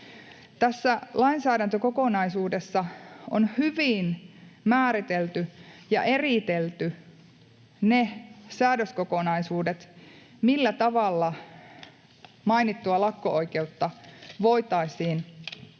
Tässä lainsäädäntökokonaisuudessa on hyvin määritelty ja eritelty ne säädöskokonaisuudet, millä tavalla mainittuun lakko-oikeuteen voitaisiin puuttua.